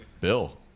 Bill